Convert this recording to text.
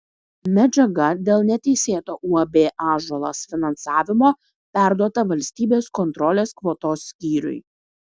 medžiaga dėl neteisėto uab ąžuolas finansavimo perduota valstybės kontrolės kvotos skyriui